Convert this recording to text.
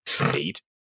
eight